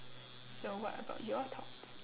so what about your thoughts